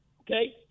okay